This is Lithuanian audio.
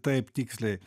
taip tiksliai